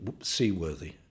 seaworthy